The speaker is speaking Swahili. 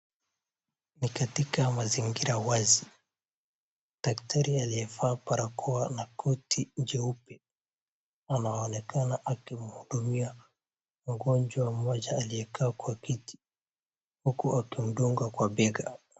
Ni katika mazingira wazi, daktari aliyevaa barakoa na koti jeupe, anaonekana akimuudumia mgonjwa mmoja aliyekaa kwenye kiti uku akimdunga kwa bega.